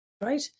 right